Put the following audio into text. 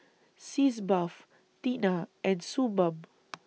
Sitz Bath Tena and Suu Balm